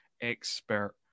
expert